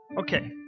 Okay